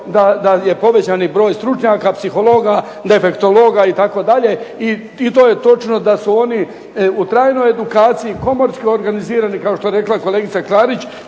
da je povećan broj stručnjaka psihologa, defektologa itd. i to je točno da su oni u trajnoj edukaciji, komorski organizirani kao što je rekla kolegica Klarić.